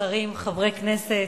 שרים, חברי כנסת,